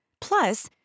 Plus